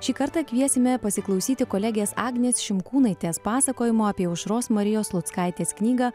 šį kartą kviesime pasiklausyti kolegės agnės šimkūnaitės pasakojimo apie aušros marijos sluckaitės knygą